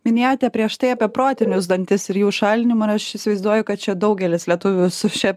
minėjote prieš tai apie protinius dantis ir jų šalinimą ar aš įsivaizduoju kad čia daugelis lietuvių su šia